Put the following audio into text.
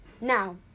Now